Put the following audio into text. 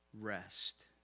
Rest